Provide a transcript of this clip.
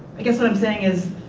i guess what i'm saying is,